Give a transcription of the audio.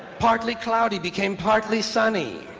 partly cloudy became partly sunny,